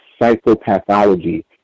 psychopathology